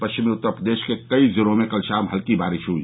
पश्चिमी उत्तर प्रदेश के कई जिलों में कल शाम हल्की बारिश हुई